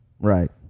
Right